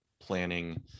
planning